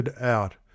out